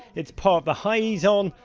it's part of the high he's on,